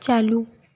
चालू